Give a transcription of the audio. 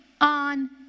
on